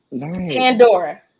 Pandora